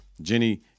Jenny